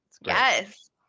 Yes